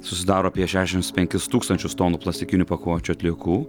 susidaro apie šešiasdešimt penkis tūkstančius tonų plastikinių pakuočių atliekų